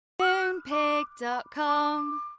Moonpig.com